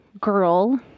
girl